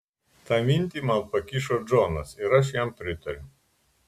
tą minti man pakišo džonas ir aš jam pritariau